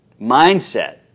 mindset